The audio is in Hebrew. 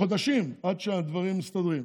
לחודשים, עד שהדברים מסתדרים.